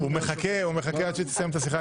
האם נעשה תחשיב מדויק בכמה זה עלה,